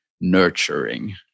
nurturing